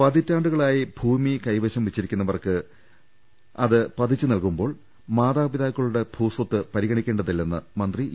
പതിറ്റാണ്ടുകളായി ഭൂമി കൈവശം വച്ചിരിക്കുന്നവർക്ക് ഭൂമി പതിച്ച് നൽകുമ്പോൾ മാതാപിതാക്കളുടെ ഭൂസ്വത്ത് പരിഗണക്കേണ്ട തില്ലെന്ന് മന്ത്രി ഇ